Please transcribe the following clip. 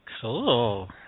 Cool